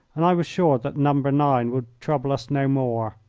and i was sure that number nine would trouble us no more.